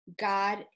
God